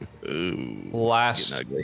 Last